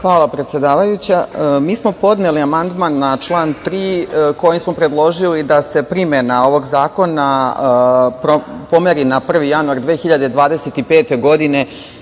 Hvala, predsedavajuća. Mi smo podneli amandman na član 3, kojim smo predložili da se primena ovog zakona pomeri na 1. januar 2025. godine,